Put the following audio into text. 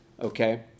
okay